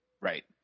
Right